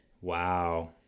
Wow